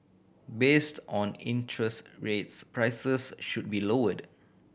based on interest rates prices should be lowered